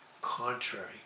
Contrary